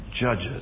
judges